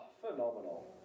phenomenal